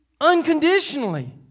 unconditionally